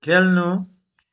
खेल्नु